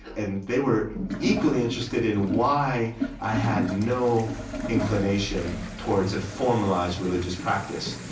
and they were equally interested in why i had no inclination towards a formalized religious practice,